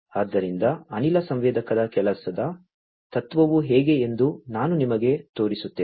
ಆದ್ದರಿಂದ ಅನಿಲ ಸಂವೇದಕದ ಕೆಲಸದ ತತ್ವವು ಹೇಗೆ ಎಂದು ನಾನು ನಿಮಗೆ ತೋರಿಸುತ್ತೇನೆ